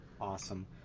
Awesome